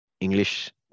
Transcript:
English